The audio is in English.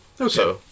Okay